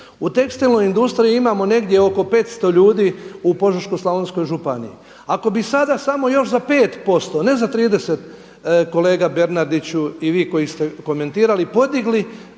U tekstilnoj industriji imamo negdje oko 500 ljudi u Požeško-slavonskoj županiji. Ako bi sada samo još za 5% a ne za 30 kolega Bernardiću i vi koji ste komentirali, podigli